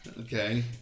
Okay